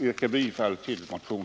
yrka bifall till motionen.